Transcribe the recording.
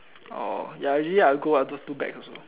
oh ya usually I'll go I'll do also